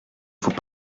faut